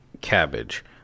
Cabbage